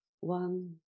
One